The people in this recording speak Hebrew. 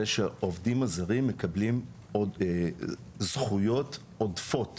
שהעובדים הזרים מקבלים עוד זכויות עודפות